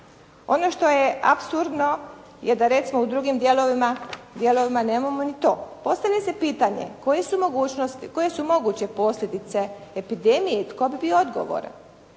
Ono što je apsurdno je da recimo u drugim dijelovima nemamo ni to. Postavlja se pitanje koje su mogućnosti, koje su moguće posljedice epidemije i tko bi bio odgovoran?